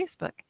Facebook